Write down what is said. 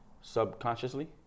subconsciously